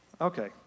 Okay